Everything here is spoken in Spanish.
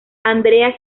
andrea